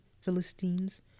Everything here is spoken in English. Philistines